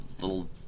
little